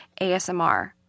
ASMR